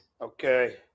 Okay